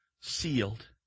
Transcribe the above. sealed